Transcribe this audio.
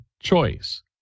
choice